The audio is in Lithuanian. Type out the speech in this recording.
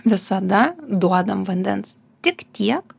visada duodam vandens tik tiek